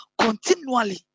continually